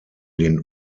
den